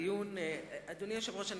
אדוני היושב-ראש,